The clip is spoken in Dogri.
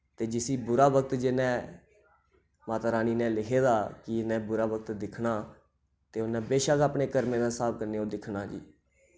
ते जिसी बुरा वक्त जिन्नै माता रानी नै लिखे दा कि इ'नै बुरा वक्त दिक्खना ते उ'नै बेशक अपने कर्मे दे स्हाब कन्नै ओह् दिक्खना जी